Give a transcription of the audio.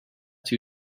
too